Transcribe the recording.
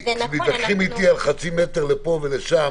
מתווכחים אתי על חצי מטר לפה ולשם